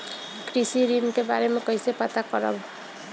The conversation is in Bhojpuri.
कृषि ऋण के बारे मे कइसे पता करब?